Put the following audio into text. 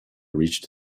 reached